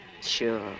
Sure